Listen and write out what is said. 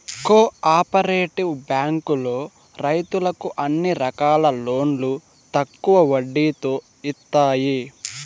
co operative బ్యాంకులో రైతులకు అన్ని రకాల లోన్లు తక్కువ వడ్డీతో ఇత్తాయి